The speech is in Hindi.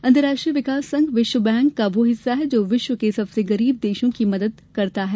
अंतरराष्ट्रीय विकास संघ विश्व बैंक का वह हिस्सा है जो विश्व के सबसे गरीब देशों की मदद करता है